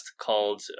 called